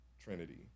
trinity